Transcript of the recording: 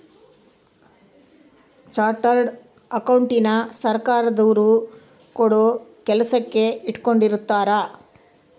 chartered ಅಕೌಂಟೆಂಟನ ಸರ್ಕಾರದೊರು ಕೂಡ ಕೆಲಸಕ್ ಇಟ್ಕೊಂಡಿರುತ್ತಾರೆ